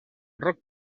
roc